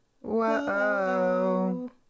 Whoa